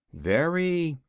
very.